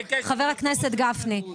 חבר הכנסת גפני.